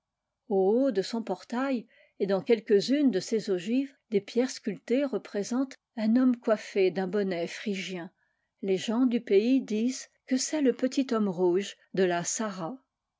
haut de son portail et dans quelques-unes de ses ogives des pierres sculptées représentent un homme coiffé d'un bonnet phrygien les gens du pays disent que c'est le petit homme rouge de la sarraz